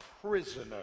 prisoner